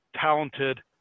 talented